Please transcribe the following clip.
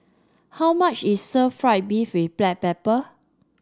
how much is stir fry beef with Black Pepper